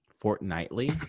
Fortnightly